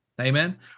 Amen